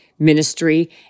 ministry